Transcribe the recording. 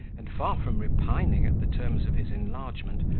and, far from repining at the terms of his enlargement,